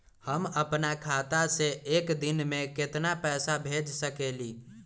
हम अपना खाता से एक दिन में केतना पैसा भेज सकेली?